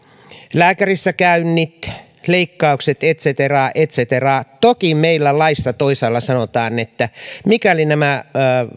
lääkärissäkäynnit leikkaukset et cetera et cetera toki meillä laissa toisaalla sanotaan että mikäli nämä